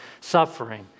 Suffering